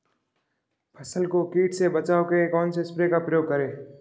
फसल को कीट से बचाव के कौनसे स्प्रे का प्रयोग करें?